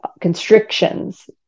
constrictions